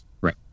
Right